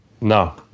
No